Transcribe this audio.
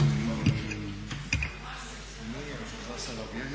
Hvala vam